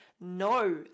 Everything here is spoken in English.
no